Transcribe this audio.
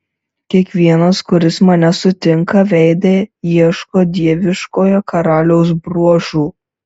kiekvienas kuris mane sutinka veide ieško dieviškojo karaliaus bruožų